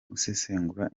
gusesengura